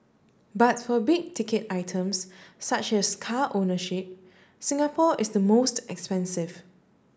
but for big ticket items such as car ownership Singapore is the most expensive